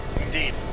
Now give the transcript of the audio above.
Indeed